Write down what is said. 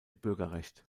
bürgerrecht